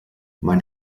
mein